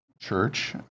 Church